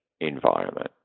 environment